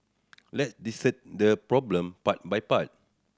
let's dissect the problem part by part